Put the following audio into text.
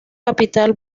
capital